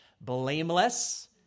blameless